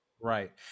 Right